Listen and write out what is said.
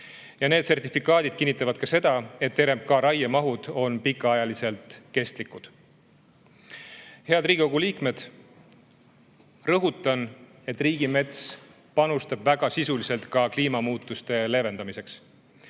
Need sertifikaadid kinnitavad ka seda, et RMK raiemahud on pikaajaliselt kestlikud. Head Riigikogu liikmed! Rõhutan, et riigimets panustab väga sisuliselt ka kliimamuutuste leevendamisse.